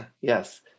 Yes